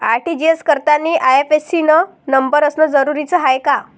RTGS करतांनी IFSC न number असनं जरुरीच हाय का?